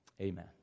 amen